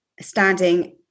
standing